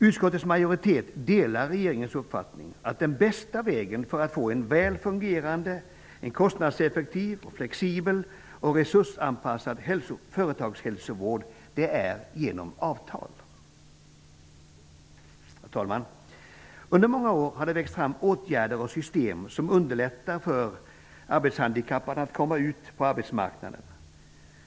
Utskottets majoritet delar regeringens uppfattning att den bästa vägen för att få en väl fungerande, kostnadseffektiv, flexibel och resursanpassad företagshälsovård är genom avtal. Herr talman! Under många år har det växt fram åtgärder och system som underlättar för arbetshandikappade att komma ut på arbetsmarknaden.